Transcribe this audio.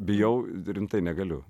bijau rimtai negaliu